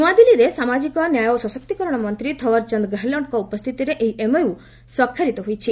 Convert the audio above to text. ନ୍ତଆଦିଲ୍ଲୀଠାରେ ସାମାଜିକନ୍ୟାୟ ଓ ସଶକ୍ତିକରଣ ମନ୍ତ୍ରୀ ଥଓ୍ୱାରଚାନ୍ଦ ଗେହେଲଟ୍ଙ୍କ ଉପସ୍ଥିତିରେ ଏହି ଏମଓୟୁ ସ୍ୱାକ୍ଷରିତ ହୋଇଛି